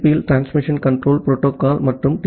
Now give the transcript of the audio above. பியில் transmission control protocol மற்றும் D